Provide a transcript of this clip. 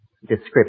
description